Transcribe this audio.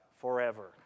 forever